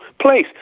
place